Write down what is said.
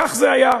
כך זה היה,